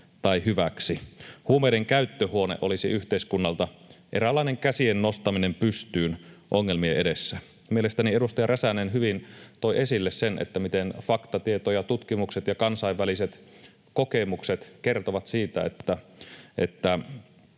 tai hyväksi. Huumeiden käyttöhuone olisi yhteiskunnalta eräänlainen käsien nostaminen pystyyn ongelmien edessä. Mielestäni edustaja Räsänen hyvin toi esille sen, miten faktatieto ja tutkimukset ja kansainväliset kokemukset kertovat siitä, että